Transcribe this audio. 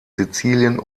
sizilien